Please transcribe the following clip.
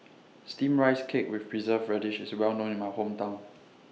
Steamed Rice Cake with Preserved Radish IS Well known in My Hometown